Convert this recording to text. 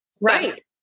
Right